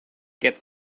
get